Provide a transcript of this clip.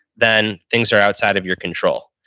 then things are outside of your control